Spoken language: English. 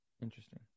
Interesting